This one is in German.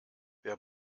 wer